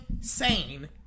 sane